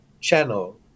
channel